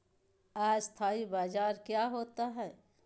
अस्थानी बाजार क्या होता है?